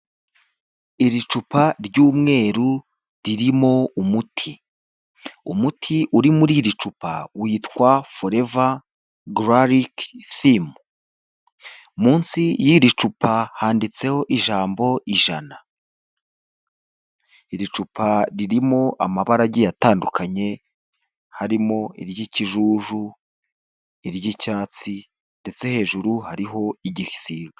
Iri cupa ry'umweru ririmo umuti, umuti uri muri iri cupa witwa foreva gararike fimu, munsi y'iri cupa handitseho ijambo ijana. Iri cupa ririmo amabara ageye atandukanye harimo iry'ikijuju, iry'icyatsi ndetse hejuru hariho igisiga.